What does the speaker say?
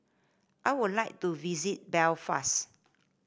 I would like to visit Belfast